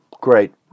great